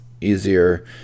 easier